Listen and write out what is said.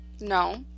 No